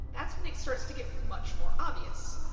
that's when it starts to get much more obvious.